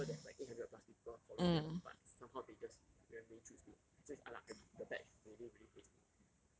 those people that have like eight hundred plus people following them but somehow they just randomly choose me so it's I like am the batch really really hates me